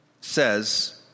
says